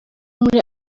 muri